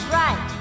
right